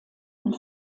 und